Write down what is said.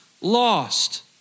lost